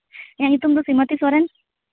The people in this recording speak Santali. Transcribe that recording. ᱤᱧᱟᱹᱜ ᱧᱩᱛᱩᱢ ᱫᱚ ᱥᱤᱢᱚᱛᱤ ᱥᱚᱨᱮᱱ